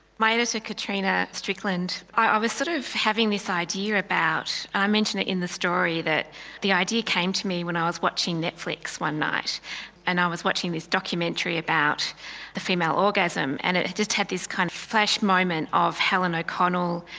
my editor katrina strickland, i was sort of having this idea about, and i mention it in the story, that the idea came to me when i was watching netflix one night and i was watching this documentary about the female orgasm and it just had this kind of flash moment of helen o'connell,